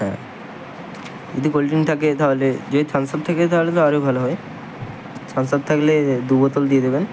হ্যাঁ যদি cold drink থাকে তাহলে যদি থামস আপ থাকে তাহলে তো আরও ভালো হয় থামস আপ থাকলে দু বোতল দিয়ে দেবেন